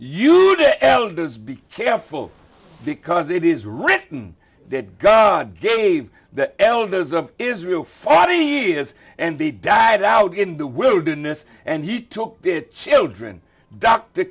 is be careful because it is written that god gave the elders of israel forty years and they died out in the wilderness and he took good children dr